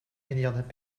milliards